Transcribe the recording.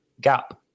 gap